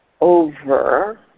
Over